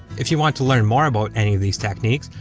if you want to learn more about any of these techniques,